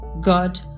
God